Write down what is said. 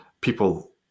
people